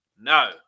No